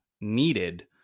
needed